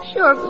Sure